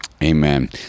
Amen